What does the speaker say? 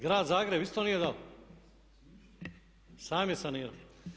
Grad Zagreb isto nije dao, sam je sanirao.